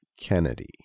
Kennedy